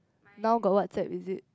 now got WhatsApp is it